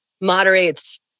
moderates